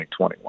2021